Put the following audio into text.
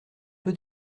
peu